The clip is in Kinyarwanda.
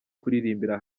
kuririmbira